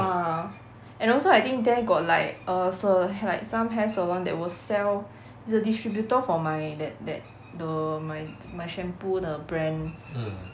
ah and also I think there got like err sa~ hair like some hair salon that will sell is a distributor for my that that the my my shampoo 的 brand